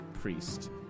priest